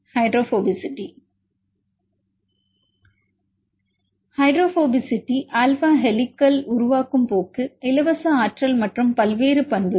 hydrophobicity hydrophobicity alpha helical உருவாக்கும் போக்கு இலவச ஆற்றல் மற்றும் பல்வேறு பண்புகள்